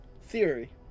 Theory